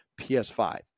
PS5